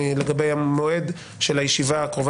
לגבי המועד של הישיבה הקרובה,